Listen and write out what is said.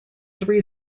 three